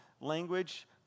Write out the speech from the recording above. language